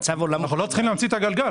אנחנו לא צריכים להמציא את הגלגל.